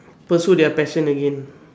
pursue their passion again